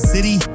City